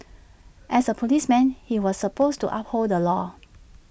as A policeman he was supposed to uphold the law